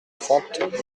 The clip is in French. trente